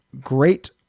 great